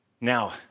Now